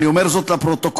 אני אומר זאת לפרוטוקול,